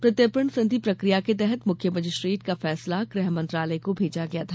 प्रत्यर्पण संधि प्रक्रिया के तहत मुख्य मजिस्ट्रेट का फैसला गृह मंत्रालय को भेजा गया था